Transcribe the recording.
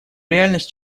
реальность